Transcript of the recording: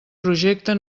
projecte